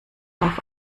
auf